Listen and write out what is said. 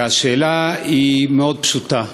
השאלה פשוטה מאוד: